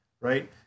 right